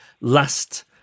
last